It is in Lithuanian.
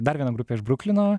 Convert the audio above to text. dar viena grupė iš bruklino